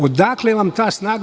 Odakle vam ta snaga?